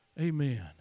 Amen